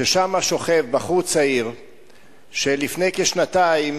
ששם שוכב בחור צעיר שלפני כשנתיים